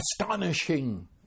astonishing